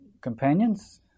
companions